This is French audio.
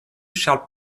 charles